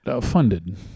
funded